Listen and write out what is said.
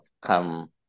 come